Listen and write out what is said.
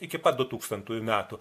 iki pat du tūkstantųjų metų